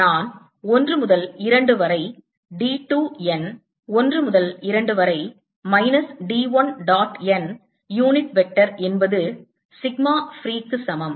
நான் 1 முதல் 2 வரை D 2 n 1 முதல் 2 வரை minus D 1 dot n unit vector என்பது சிக்மா ஃப்ரீ க்கு சமம்